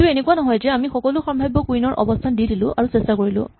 এইটো এনেকুৱা নহয় যে আমি সকলো সাম্ভাৱ্য কুইন ৰ অৱস্হান দি দিলো আৰু চেষ্টা কৰিলো